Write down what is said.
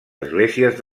esglésies